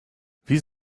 wie